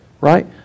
Right